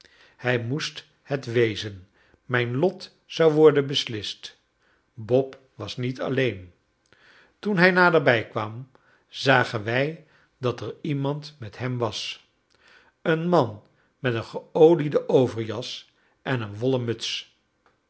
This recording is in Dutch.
hij moest het wezen mijn lot zou worden beslist bob was niet alleen toen hij naderbij kwam zagen wij dat er iemand met hem was een man met een geoliede overjas en een wollen muts